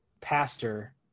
pastor